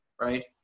Right